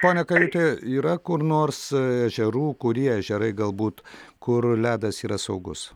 pone kajuti yra kur nors ežerų kurie ežerai galbūt kur ledas yra saugus